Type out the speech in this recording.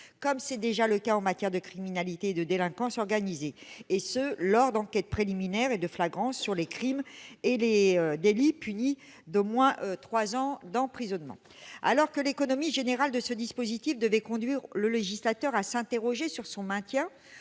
comme c'est déjà le cas en matière de criminalité et de délinquance organisée, lors d'enquêtes préliminaires et de flagrance sur les crimes et délits punis d'au moins trois ans d'emprisonnement. Alors que l'économie générale du dispositif devait conduire le législateur à s'interroger sur son maintien